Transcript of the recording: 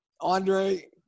Andre